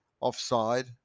offside